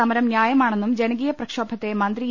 സമരം ന്യായമാണെന്നും ജനകീയ പ്രക്ഷോഭത്തെ മന്ത്രി ഇ